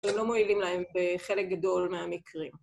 הם לא מועילים להם בחלק גדול מהמקרים.